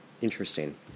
Interesting